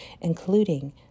including